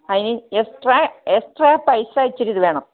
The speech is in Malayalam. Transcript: അതിന് എക്സ്ട്രാ എക്സ്ട്രാ പൈസ ഇത്തിരി വേണം